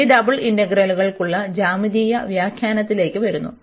ഈ ഡബിൾ ഇന്റഗ്രലുകൾക്കുള്ള ജ്യാമിതീയ വ്യാഖ്യാനത്തിലേക്ക് വരുന്നു